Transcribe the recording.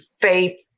faith